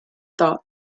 thought